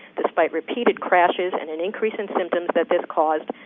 despite repeated crashes and an increase in symptoms that this caused,